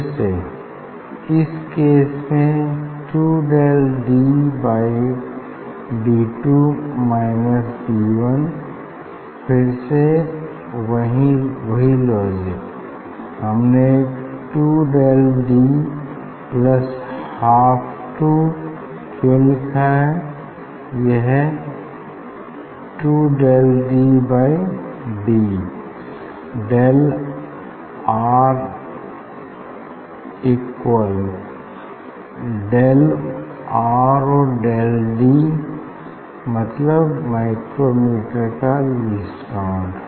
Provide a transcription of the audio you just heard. फिर से इस केस में two del d by d two minus d one फिर से वही लॉजिक हमने two del d plus half two क्यों लिखा है यह two del d by d del r equal del r और डेल डी मतलब माइक्रोमीटर का लीस्ट काउंट